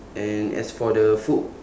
and as for the foo~